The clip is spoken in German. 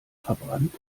verbrannt